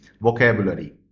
vocabulary